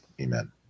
Amen